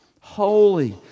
holy